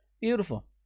Beautiful